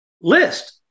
list